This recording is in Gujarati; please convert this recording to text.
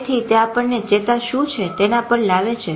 તેથી તે આપણને ચેતા શું છે તેના પર લાવે છે